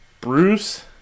Bruce